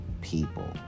people